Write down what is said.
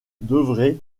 devrez